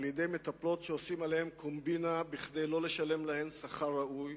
על-ידי מטפלות שעושים עליהן קומבינה כדי לא לשלם להן שכר ראוי,